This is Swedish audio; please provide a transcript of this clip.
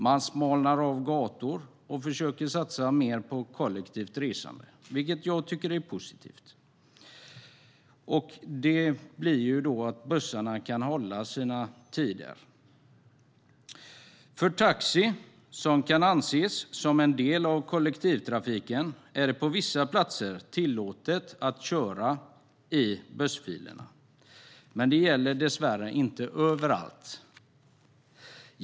Man smalnar av gator, och man försöker satsa mer på kollektivt resande - vilket jag tycker är positivt. Bussarna kan då hålla sina tider. För taxi, som kan anses som en del av kollektivtrafiken, är det på vissa platser tillåtet att köra i bussfilerna, men det gäller dessvärre inte överallt.